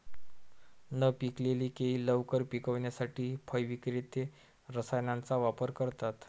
न पिकलेली केळी लवकर पिकवण्यासाठी फळ विक्रेते रसायनांचा वापर करतात